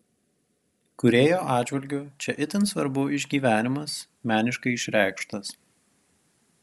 kūrėjo atžvilgiu čia itin svarbu išgyvenimas meniškai išreikštas